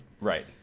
Right